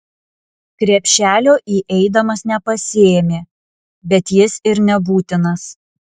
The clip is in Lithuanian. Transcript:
krepšelio įeidamas nepasiėmė bet jis ir nebūtinas